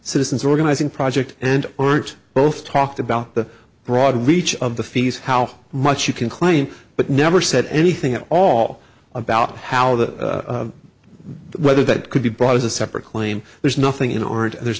citizens organizing project and aren't both talked about the broad reach of the fees how much you can claim but never said anything at all about how that whether that could be brought is a separate claim there's nothing in orange there's